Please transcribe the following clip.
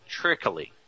trickily